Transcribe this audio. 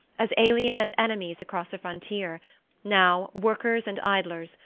as alien as enemies across a frontier now workers and idlers,